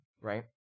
right